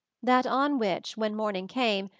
that on which, when morning came,